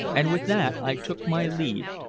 and with that i took my leave,